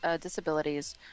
disabilities